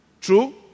True